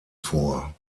vor